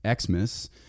Xmas